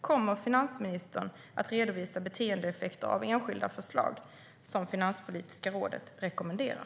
Kommer Finansministern att redovisa beteendeeffekter av enskilda förslag, som Finanspolitiska rådet rekommenderar?